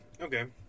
okay